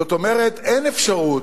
זאת אומרת, אין אפשרות.